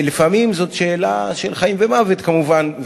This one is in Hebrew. לפעמים זאת שאלה של חיים ומוות, כמובן.